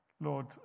Lord